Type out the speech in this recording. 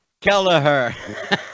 Kelleher